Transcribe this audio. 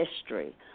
history